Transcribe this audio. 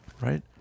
Right